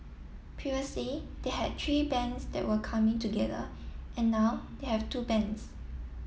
previously they had three bands that were coming together and now they have two bands